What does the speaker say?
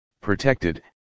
protected